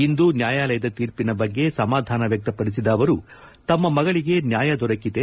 ಇಂದು ನ್ಯಾಯಾಲಯದ ತೀರ್ಪಿನ ಬಗ್ಗೆ ಸಮಾಧಾನ ವ್ಯಕ್ತ ಪಡಿಸಿದ ಅವರು ತಮ್ಮ ಮಗಳಿಗೆ ನ್ಯಾಯ ದೊರಕಿದೆ